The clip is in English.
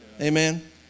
Amen